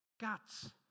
guts